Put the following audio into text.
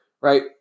Right